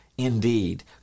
indeed